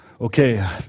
okay